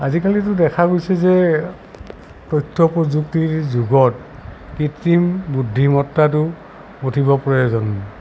আজিকালিতো দেখা গৈছে যে তথ্য প্ৰযুক্তিৰ যুগত কৃত্ৰিম বুদ্ধিমত্তাটো অতীৱ প্ৰয়োজন